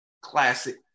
classic